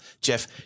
Jeff